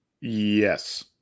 Yes